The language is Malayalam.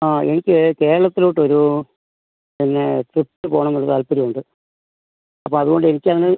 ആ എനിക്ക് കേരളത്തിലോട്ട് ഒരു പിന്നെ ട്രിപ്പ് പോകണമെന്നൊരു താൽപ്പര്യമുണ്ട് അപ്പോൾ അതുകൊണ്ട് എനിക്ക് അതിന്